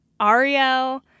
Ariel